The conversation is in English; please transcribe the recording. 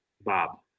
Bob